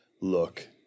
look